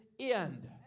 end